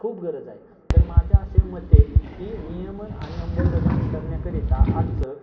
खूप गरज आहे तर माझ्या अशा मते की नियमन आणि अंमलबजावणी करण्याकरिता आजच